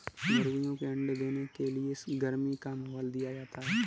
मुर्गियों के अंडे देने के लिए गर्मी का माहौल दिया जाता है